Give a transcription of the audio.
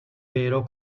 vero